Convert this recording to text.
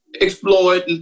exploit